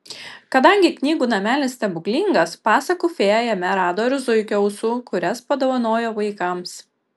kadangi knygų namelis stebuklingas pasakų fėja jame rado ir zuikio ausų kurias padovanojo vaikams